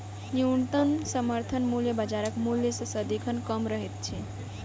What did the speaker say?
न्यूनतम समर्थन मूल्य बाजारक मूल्य सॅ सदिखन कम रहैत छै